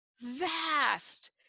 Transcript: vast